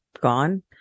gone